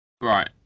Right